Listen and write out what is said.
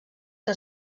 que